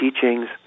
teachings